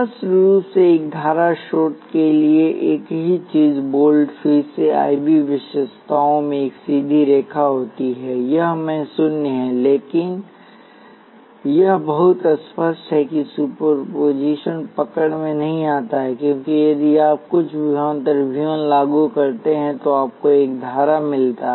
स्पष्ट रूप से एक धारा स्रोत के लिए एक ही चीज वोल्ट फिर से IV विशेषताओं में एक सीधी रेखा होती है यह मैं शून्य है लेकिन यह बहुत स्पष्ट है कि सुपरपोजिशन पकड़ में नहीं आता है क्योंकि यदि आप कुछ विभवांतर V 1 लागू करते हैं तो आपको एक धारा मिलता है